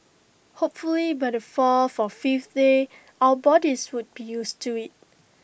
hopefully by the fourth or fifth day our bodies would be used to IT